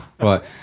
Right